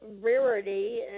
rarity